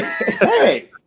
Hey